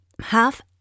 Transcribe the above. half